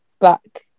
back